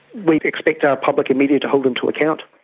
we expect our public and media to hold them to account.